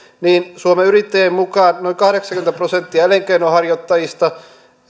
niin suomen yrittäjien mukaan noin kahdeksankymmentä prosenttia elinkeinonharjoittajista